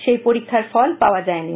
সেই পরীক্ষার ফল পাওয়া যায়নি